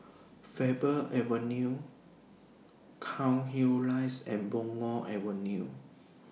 Faber Avenue Cairnhill Rise and Punggol Avenue